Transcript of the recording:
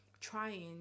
trying